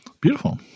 beautiful